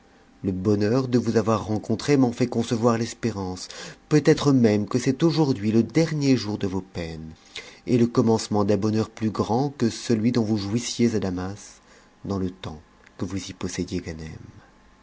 le bonheur de vous avoir rencontrées m'en fait concevoir f péranee peut-être même que c'est aujourd'hui le dernier jour d os smes et te commencement d'un bonheur plus grand que celui t e f dont vous jouissiez a damas dans le temps que vous y possédiez